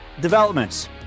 developments